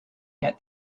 yet